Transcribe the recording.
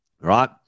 right